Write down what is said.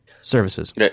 services